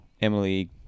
Emily